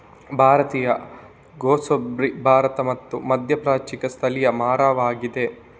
ಭಾರತೀಯ ಗೂಸ್ಬೆರ್ರಿ ಭಾರತ ಮತ್ತು ಮಧ್ಯಪ್ರಾಚ್ಯಕ್ಕೆ ಸ್ಥಳೀಯ ಮರವಾಗಿದೆ